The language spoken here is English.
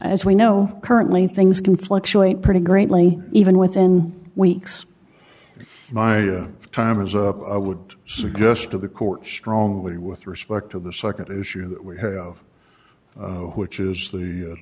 know currently things can fluctuate pretty greatly even within weeks my time is up i would suggest to the court strongly with respect to the nd issue that we have which is